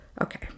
Okay